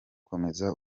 komeza